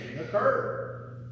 occurred